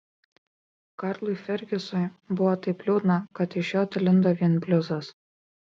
karlui fergizui buvo taip liūdna kad iš jo telindo vien bliuzas